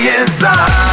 inside